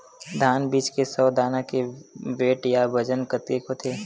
धान बीज के सौ दाना के वेट या बजन कतके होथे?